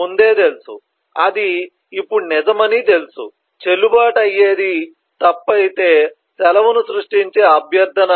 ముందే తెలుసు అది ఇప్పుడు నిజమని తెలుసు చెల్లుబాటు అయ్యేది తప్పు అయితే సెలవును సృష్టించే అభ్యర్థన